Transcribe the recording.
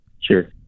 Sure